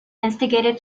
instigated